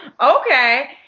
Okay